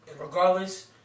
regardless